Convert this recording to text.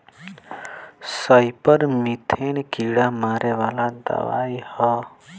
सईपर methane कीड़ा मारे वाला दवाई ह